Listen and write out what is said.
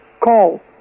call